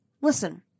listen